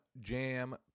Jam